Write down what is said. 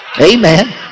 Amen